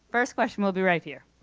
first question will be right here.